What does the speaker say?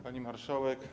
Pani Marszałek!